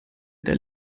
der